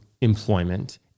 employment